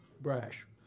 brash